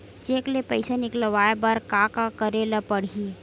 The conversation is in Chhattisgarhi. चेक ले पईसा निकलवाय बर का का करे ल पड़हि?